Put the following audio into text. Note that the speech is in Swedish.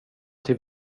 till